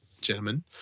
gentlemen